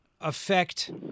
affect